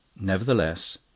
Nevertheless